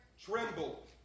trembled